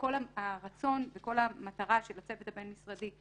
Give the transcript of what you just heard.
כשכל הרצון וכל המטרה של הצוות הבין-משרדי,